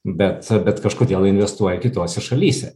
bet bet kažkodėl investuoja kitose šalyse